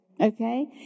Okay